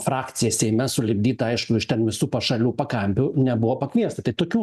frakciją seime sulipdytą aišku iš ten visų pašalių pakampių nebuvo pakviesta tai tokių